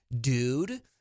dude